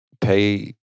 Pay